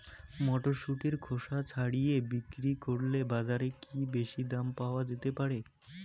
মটরশুটির খোসা ছাড়িয়ে বিক্রি করলে বাজারে কী বেশী দাম পাওয়া যেতে পারে?